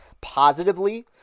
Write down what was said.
positively